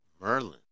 merlin